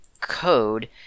code